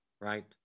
right